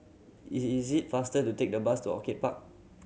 is is it faster to take the bus to Orchid Park